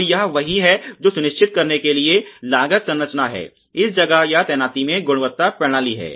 तो यह वही है जो सुनिश्चित करने के लिए लागत संरचना है इस जगह या तैनाती में गुणवत्ता प्रणाली है